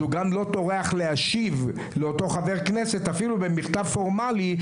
אז הוא גם לא טורח להשיב לאותו חבר כנסת אפילו במכתב פורמלי,